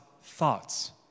thoughts